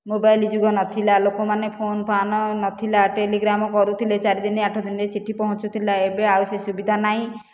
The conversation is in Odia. ମୋବାଇଲ୍ ଯୁଗ ନଥିଲା ଲୋକମାନେ ଫୋନ୍ ଫାନ ନଥିଲା ଟେଲିଗ୍ରାମ କରୁଥିଲେ ଚାରିଦିନ ଆଠ ଦିନରେ ଚିଠି ପହଞ୍ଚୁଥିଲା ଏବେ ଆଉ ସେ ସୁବିଧା ନାହିଁ